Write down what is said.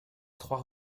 trois